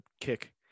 kick